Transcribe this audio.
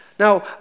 Now